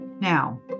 Now